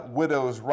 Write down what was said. widow's